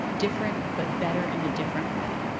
different, but better in a different way.